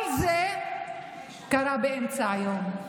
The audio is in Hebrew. כל זה קרה באמצע היום.